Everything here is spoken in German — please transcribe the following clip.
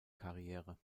karriere